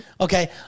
Okay